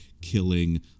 killing